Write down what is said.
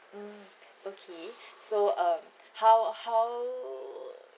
mm okay so um how how